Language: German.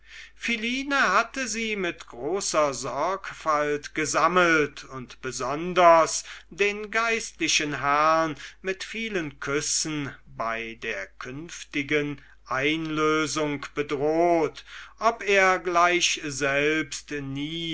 philine hatte sie mit großer sorgfalt gesammelt und besonders den geistlichen herrn mit vielen küssen bei der künftigen einlösung bedroht ob er gleich selbst nie